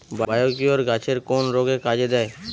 Biocure গাছের কোন রোগে কাজেদেয়?